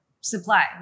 supply